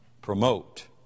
promote